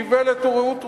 איוולת ורעות רוח?